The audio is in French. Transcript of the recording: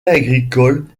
agricole